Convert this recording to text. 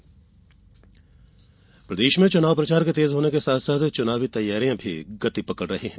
चुनाव गतिविधि प्रदेश में चुनाव प्रचार के तेज होने के साथ साथ चुनावी तैयारियां भी गति पकड़ रही है